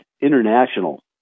international